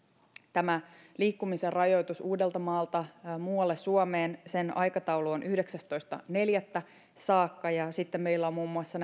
tässä liikkumisen rajoituksessa uudeltamaalta muualle suomeen aikataulu on yhdeksästoista neljättä saakka ja ja sitten meillä on muun muassa